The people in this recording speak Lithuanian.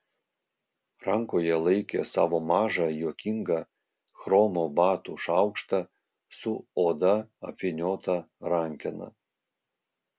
rankoje laikė savo mažą juokingą chromo batų šaukštą su oda apvyniota rankena